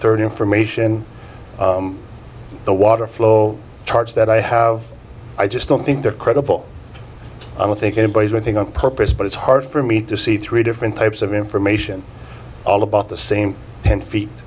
third information the water flow charts that i have i just don't think they're credible i don't think anybody's working on purpose but it's hard for me to see three different types of information all about the same ten feet